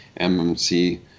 MMC